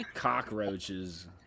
Cockroaches